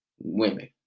Women